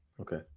Okay